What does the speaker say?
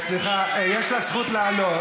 סליחה, יש לך זכות לעלות.